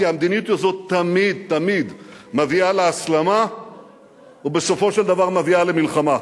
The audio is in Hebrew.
כי המדיניות הזאת תמיד-תמיד מביאה להסלמה ובסופו של דבר מביאה למלחמה.